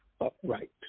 upright